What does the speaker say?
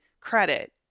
credit